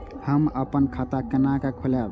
हम अपन खाता केना खोलैब?